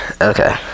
okay